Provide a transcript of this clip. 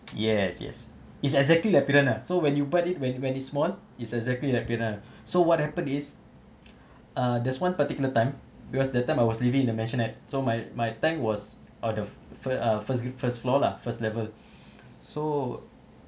yes yes it's exactly lah so when you buy it when when it's small is exactly so what happened is uh there's one particular time because that time I was living in a mansion that so my my tank was out the fir~ ah first first floor lah first level so